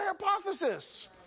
hypothesis